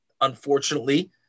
unfortunately